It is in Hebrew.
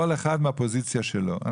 כל אחד מהפוזיציה שלו.